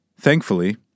Thankfully